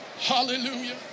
Hallelujah